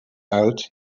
out